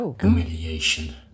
Humiliation